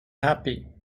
happy